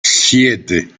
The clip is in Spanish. siete